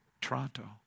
Toronto